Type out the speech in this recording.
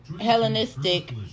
Hellenistic